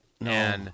No